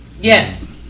yes